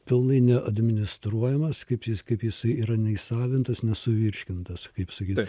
pilnai neadministruojamas kaip jis kaip jisai yra neįsavintas nesuvirškintas kaip sakyt